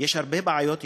יש הרבה בעיות,